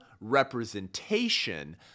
representation